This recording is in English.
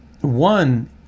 One